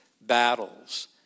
battles